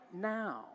now